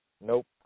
Nope